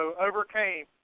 overcame